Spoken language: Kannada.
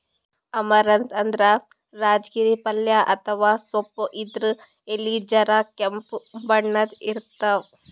ಅಮರಂತ್ ಅಂದ್ರ ರಾಜಗಿರಿ ಪಲ್ಯ ಅಥವಾ ಸೊಪ್ಪ್ ಇದ್ರ್ ಎಲಿ ಜರ ಕೆಂಪ್ ಬಣ್ಣದ್ ಇರ್ತವ್